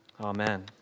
Amen